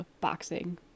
boxing